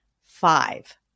Five